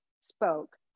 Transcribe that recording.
spoke